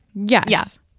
yes